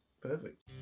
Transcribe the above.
Perfect